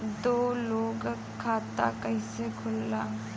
दो लोगक खाता कइसे खुल्ला?